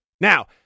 Now